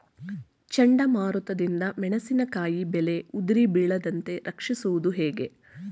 ಚಂಡಮಾರುತ ದಿಂದ ಮೆಣಸಿನಕಾಯಿ ಬೆಳೆ ಉದುರಿ ಬೀಳದಂತೆ ರಕ್ಷಿಸುವುದು ಹೇಗೆ?